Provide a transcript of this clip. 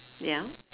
ya